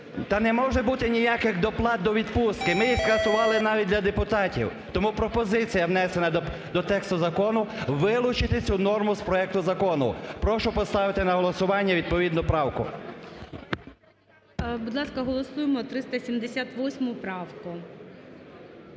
Та не може бути ніяких доплат до відпустки, ми їх скасували навіть для депутатів. Тому пропозиція, внесена до тексту закону: вилучити цю норму з проекту Закону. Прошу поставити на голосування відповідну правку. ГОЛОВУЮЧИЙ. Будь ласка, голосуємо 378 правку.